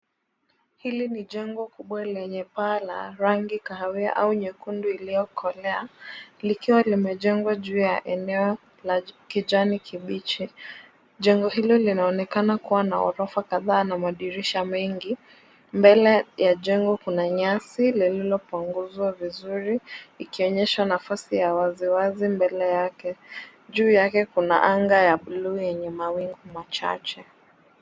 Hili ni jengo kubwa lenye paa la rangi kahawia au nyekundu iliyokolea, likiwa limejengwa juu ya eneo la kijani kibichi. Jengo hilo linaonekana kuwa na orofa kadhaa na madirisha mengi, mbele ya jengo kuna nyasi lililopanguzwa vizuri ikionyesha nafasi ya wazi wazi mbele yake. Juu yake kuna anga ya bluu yenye mawingu machache.